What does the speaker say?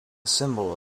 symbol